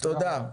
תודה.